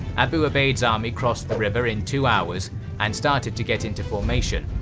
abu ubayd's army crossed the river in two hours and started to get into formation,